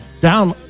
down